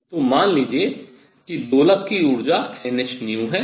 तो मान लीजिए कि दोलक की ऊर्जा nhν है